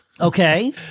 Okay